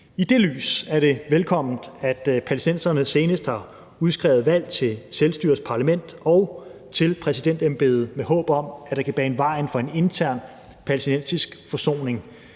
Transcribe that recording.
I det lys er det velkomment, at palæstinenserne senest har udskrevet valg til selvstyrets parlament og til præsidentembedet med håb om, at det kan bane vejen for en intern palæstinensisk forsoning.